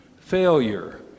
failure